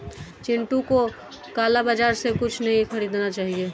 चिंटू को काला बाजार से कुछ नहीं खरीदना चाहिए